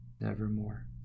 Nevermore